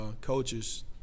coaches